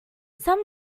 some